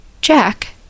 Jack